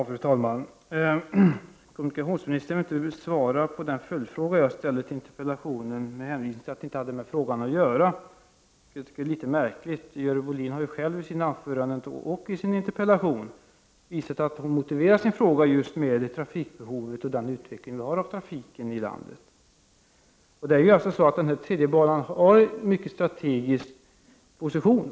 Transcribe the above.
Fru talman! Kommunikationsministern vill inte svara på den följdfråga som jag ställde med hänvisning till att den inte hade med den frågan som vi diskuterade att göra. Detta tycker jag är litet märkligt. Görel Bohlin har ju själv i sina anföranden och i sin interpellation visat att hon motiverar sin fråga just med trafikbehovet och trafikutvecklingen i landet. Denna tredje bana på Arlanda har en mycket strategisk position.